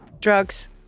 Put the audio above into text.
drugs